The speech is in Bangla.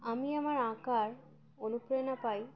আমি আমার আঁকার অনুপ্রেরণা পাই